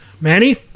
Manny